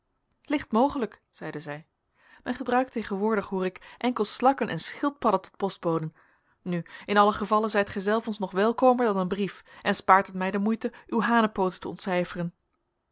licht mogelijk zeide zij men gebruikt tegenwoordig hoor ik enkel slakken en schildpadden tot postboden nu in allen gevalle zijt gijzelf ons nog welkomer dan een brief en spaart het mij de moeite uw hanepooten te ontcijferen